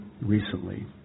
recently